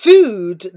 Food